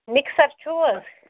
mixer چھُو حظ